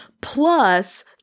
plus